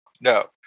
no